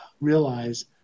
realize